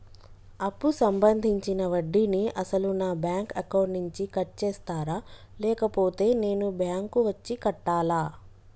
అప్పు సంబంధించిన వడ్డీని అసలు నా బ్యాంక్ అకౌంట్ నుంచి కట్ చేస్తారా లేకపోతే నేను బ్యాంకు వచ్చి కట్టాలా?